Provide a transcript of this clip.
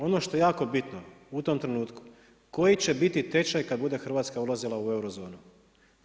Ono što je jako bitno u tom trenutku, koji će biti tečaj kada bude Hrvatska ulazila u euro-zonu.